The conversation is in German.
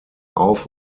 auf